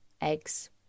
eggs